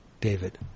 David